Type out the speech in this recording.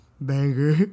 Banger